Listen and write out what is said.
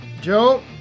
Joe